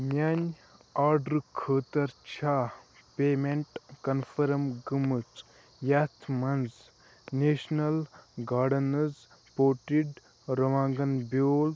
میٛانہِ آرڈرٕ خٲطرٕ چھا پیمٮ۪نٛٹ کنفٲرٕم گٔمٕژ یتھ مَنٛز نیشنل گارڈنٕز پوٹِڈ رُوانٛگن بیٛول